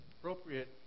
appropriate